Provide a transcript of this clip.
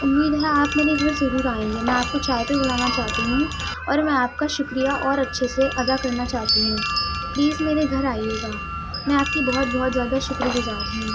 امید ہے آپ میرے گھر ضرور آئیں گے میں آپ کو چائے پہ بلانا چاہتی ہوں اور میں آپ کا شکریہ اور اچھے سے ادا کرنا چاہتی ہوں پلیز میرے گھر آئیے گا میں آپ کی بہت بہت زیادہ شکرگزار ہوں